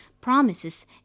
promises